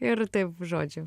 ir taip žodžiu